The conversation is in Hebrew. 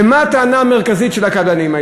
ומה הייתה הטענה המרכזית של עורכי-הדין?